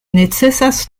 necesas